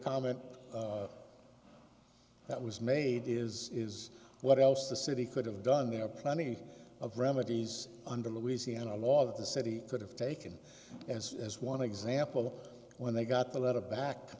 comment that was made is is what else the city could have done there are plenty of remedies under louisiana lot of the city could have taken as as one example when they got the letter back